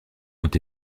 ont